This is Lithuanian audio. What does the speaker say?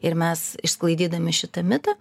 ir mes išsklaidydami šitą mitą